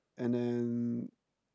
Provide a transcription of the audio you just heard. and then